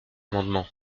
amendement